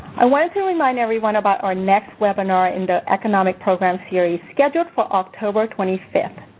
i wanted to remind everyone about our next webinar in the economic program series scheduled for october twenty fifth.